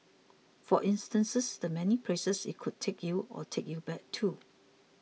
for instance the many places it could take you or take you back to